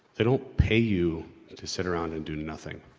they don't pay you to sit around and do nothing.